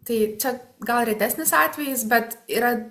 tai čia gal retesnis atvejis bet yra